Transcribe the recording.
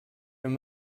wenn